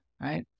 right